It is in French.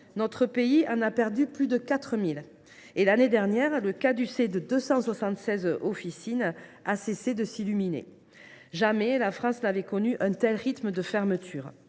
notre pays en a perdu plus de 4 000. L’année dernière, le caducée de 276 officines a cessé de s’illuminer. Jamais la France n’avait connu un tel rythme de fermetures.